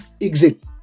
exit